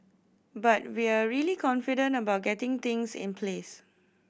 but we're really confident about getting things in place